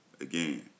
again